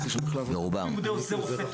הם --- תואר שני בלימודי עוזר רופא,